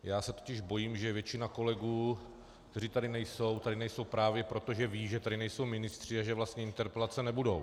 Já se totiž bojím, že většina kolegů, kteří tady nejsou, tak nejsou právě proto, že vědí, že tady nejsou ministři a že vlastně interpelace nebudou.